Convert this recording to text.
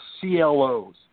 CLOs